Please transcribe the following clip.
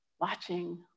watching